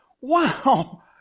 Wow